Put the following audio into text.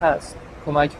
هست، کمک